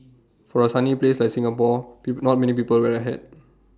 for A sunny place like Singapore people not many people wear A hat